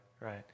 right